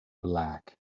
black